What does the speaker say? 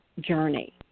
journey